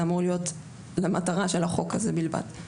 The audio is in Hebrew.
זה אמור להיות למטרה של החוק הזה בלבד.